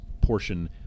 portion